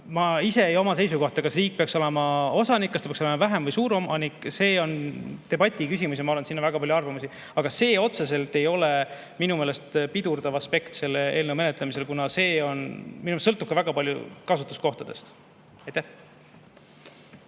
Ma ise ei oma seisukohta, kas riik peaks olema osanik, kas ta peaks olema [vähemusosanik] või suuromanik. See on debati küsimus ja ma arvan, et siin on väga palju arvamusi. Aga see otseselt ei ole minu meelest pidurdav aspekt selle eelnõu menetlemisel, kuna see sõltub väga palju kasutuskohtadest. Aitäh!